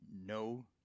No